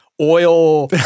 oil